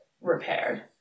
repaired